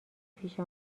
پیش